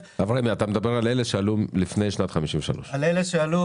אתה מדבר על אלה שעלו לפני שנת 53'. אני מדבר על אלה שעלו